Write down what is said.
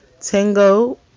Tango